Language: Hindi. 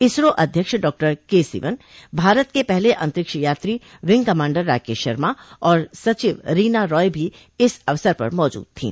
इसरो अध्यक्ष डॉक्टर के सिवन भारत के पहले अंतरिक्ष यात्री विंग कमांडर राकेश शर्मा और सचिव रीना रॉय भी इस अवसर पर मौजूद थीं